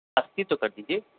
अस्सी तो कर दीजिए